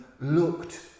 looked